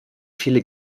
viele